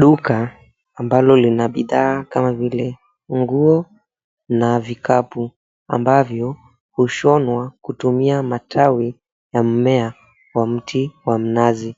Duka ambalo lina bidhaa kama vile nguo na vikapu ambavyo hushonwa kutumia matawi ya mmea wa mti wa mnazi.